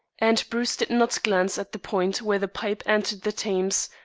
and bruce did not glance at the point where the pipe entered the thames,